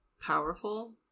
powerful